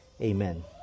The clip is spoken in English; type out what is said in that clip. amen